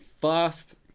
fast